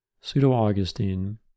Pseudo-Augustine